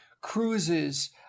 cruises